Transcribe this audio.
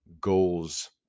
goals